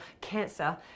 cancer